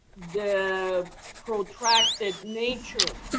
the protracted nature